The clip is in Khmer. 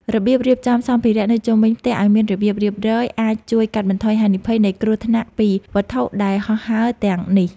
របៀបរៀបចំសម្ភារៈនៅជុំវិញផ្ទះឱ្យមានរបៀបរៀបរយអាចជួយកាត់បន្ថយហានិភ័យនៃគ្រោះថ្នាក់ពីវត្ថុដែលហោះហើរទាំងនេះ។